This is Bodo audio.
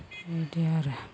बेबायदि आरो